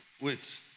Wait